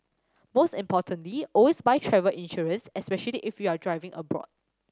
most importantly always buy travel insurance especially if you're driving abroad